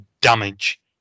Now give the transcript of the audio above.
damage